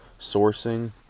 sourcing